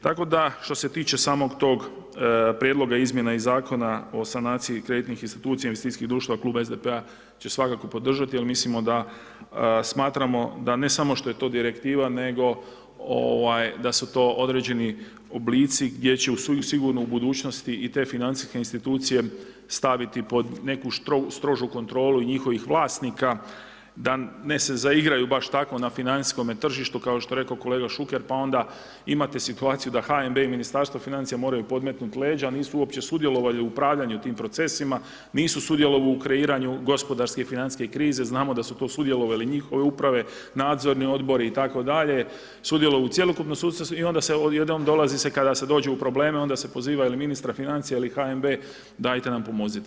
Tako da što se tiče samog tog prijedloga i izmjena Zakona o sanaciji i kreditnih instancija i investicijskih društava Klub SDP-a će svakako podržati, jer mislimo da smatramo, da ne samo što je to direktiva, nego da su to određeni oblici, gdje će sigurno u budućnosti i te financijske institucije staviti pod neku strožu kontrolu i njihovih vlasnika da se ne zaigraju baš tako na financijskome tržištu, kao što je rekao kolega Šuker, pa onda imate situaciju da HNB i Ministarstvo financija moraju podmetnuti leđa a nisu uopće sudjelovali u upravljanju tih procesima, nisu sudjelovali u kreiranju gospodarske i financijske krize, znamo da su to sudjelovali njihove uprave, nadzorni odbori itd, sudjelovali u cjelokupnom sustavu i onda se odjednom dolazi, kada se dođe u probleme onda se poziva ili ministra financija ili HNB dajte nam pomozite.